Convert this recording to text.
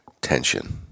tension